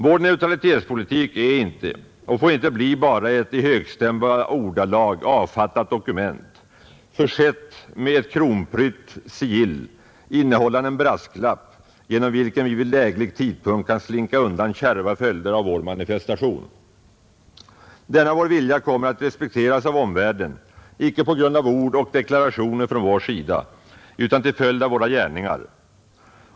Vår neutralitetspolitik är inte och får inte bli bara ett i högstämda ordalag avfattat dokument, försett med ett kronprytt sigill innehållande en brasklapp genom vilken vi vid läglig tidpunkt kan slinka undan kärva följder av vår manifestation. Denna vår vilja kommer att respekteras av omvärlden icke på grund av ord och deklarationer från vår sida utan till följd av våra gärningar.